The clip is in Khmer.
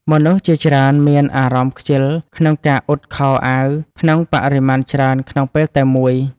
មនុស្សជាច្រើនមានអារម្មណ៍ខ្ជិលក្នុងការអ៊ុតខោអាវក្នុងបរិមាណច្រើនក្នុងពេលតែមួយ។